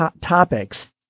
topics